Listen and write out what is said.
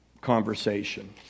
conversation